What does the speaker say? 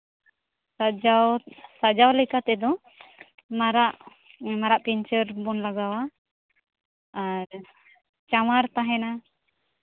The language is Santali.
ᱥᱟᱡᱟᱣ ᱥᱟᱡᱟᱣ ᱞᱮᱠᱟ ᱛᱮᱫᱚ ᱢᱟᱨᱟᱜ ᱢᱟᱨᱟᱜ ᱯᱤᱧᱪᱟᱹᱨ ᱵᱚᱱ ᱞᱟᱜᱟᱣᱟ ᱟᱨ ᱪᱟᱣᱟᱨ ᱛᱟᱦᱮᱱᱟ